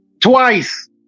Twice